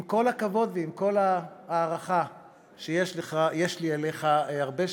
עם כל הכבוד ועם כל הערכה שיש לי אליך הרבה שנים,